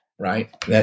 Right